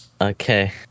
Okay